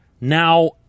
now